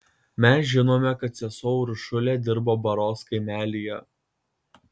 mes žinome kad sesuo uršulė dirbo baros kaimelyje